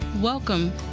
Welcome